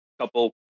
couple